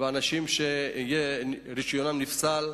ואנשים שרשיונם נפסל,